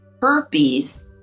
herpes